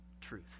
truth